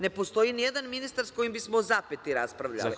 Ne postoji nijedan ministar sa kojim bismo o zapeti raspravljali.